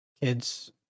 kids